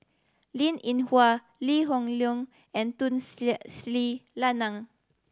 Linn In Hua Lee Hoon Leong and Tun Sri Lanang